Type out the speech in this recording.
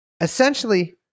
essentially